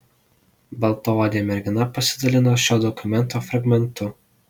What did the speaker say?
baltaodė mergina pasidalino šio dokumento fragmentu